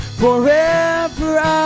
forever